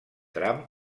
tram